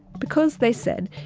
because, they said,